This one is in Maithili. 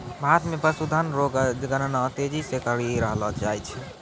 भारत मे पशुधन रो गणना तेजी से करी रहलो जाय छै